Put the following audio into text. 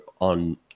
on